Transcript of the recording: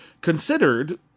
considered